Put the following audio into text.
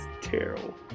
terrible